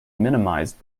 minimized